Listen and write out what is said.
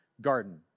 garden